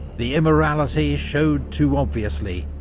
the immorality showed too obviously,